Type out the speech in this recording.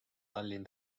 tallinn